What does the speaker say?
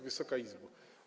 Wysoka Izbo!